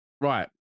Right